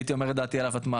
הייתי אומר את דעתי על הוותמ"ל,